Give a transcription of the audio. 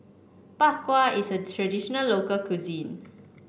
Bak Kwa is a traditional local cuisine